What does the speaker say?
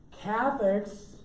Catholics